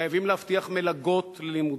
חייבים להבטיח מלגות ללימודים.